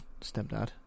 stepdad